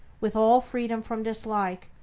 with all freedom from dislike,